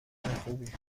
خوبی